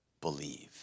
believe